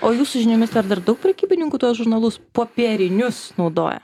o jūsų žiniomis ar dar daug prekybininkų tuos žurnalus popierinius naudoja